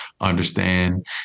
understand